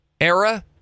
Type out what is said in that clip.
era